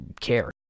care